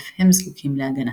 ואף הם זקוקים להגנה.